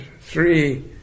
three